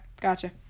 Gotcha